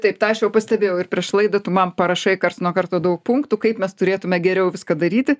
taip tą aš jau pastebėjau ir prieš laidą tu man parašai karts nuo karto daug punktų kaip mes turėtume geriau viską daryti